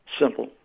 simple